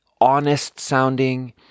honest-sounding